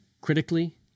critically